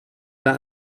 par